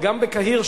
וגם בקהיר,